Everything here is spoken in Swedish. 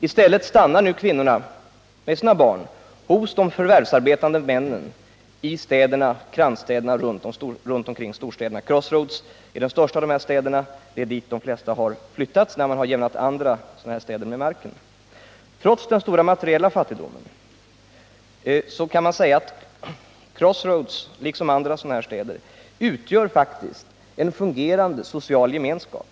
I stället stannar kvinnorna med sina barn hos de förvärvsarbetande männen i kransstäderna runt omkring storstäderna. Crossroads är den största av dessa förstäder, och det är dit de flesta har flyttat sedan man jämnat andra sådana städer med marken. Trots den stora materiella fattigdomen finns i Crossroads en fungerande social gemenskap.